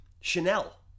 Chanel